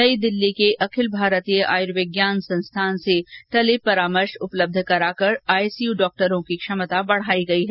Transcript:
नई दिल्ली के अखिल भारतीय आर्यविज्ञान संस्थान से टेली परामर्श उपलब्ध कराकर आईसीय डॉक्टरों की क्षमता बढाई गई है